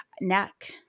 neck